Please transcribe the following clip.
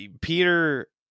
Peter